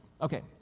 Okay